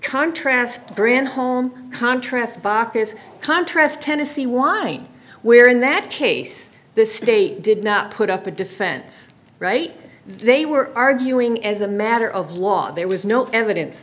contrast bring home contrast baucus contrast tennessee wine where in that case the state did not put up a defense right they were arguing as a matter of law there was no evidence